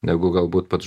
negu galbūt pats